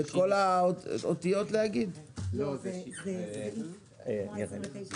הצבעה סעיפים 85(66) ו-85(66)(א)